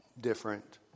different